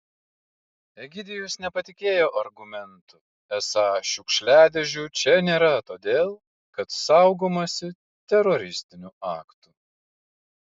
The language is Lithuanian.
egidijus nepatikėjo argumentu esą šiukšliadėžių čia nėra todėl kad saugomasi teroristinių aktų